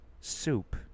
soup